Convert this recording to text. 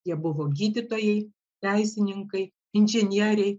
jie buvo gydytojai teisininkai inžinieriai